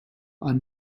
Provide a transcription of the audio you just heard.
are